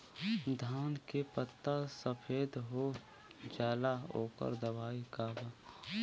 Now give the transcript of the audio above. धान के पत्ता सफेद हो जाला ओकर दवाई का बा?